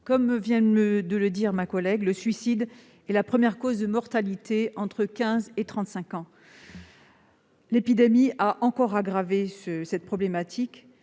Comme vient de le rappeler ma collègue, le suicide est la première cause de mortalité entre 15 et 35 ans. La pandémie a encore aggravé la situation.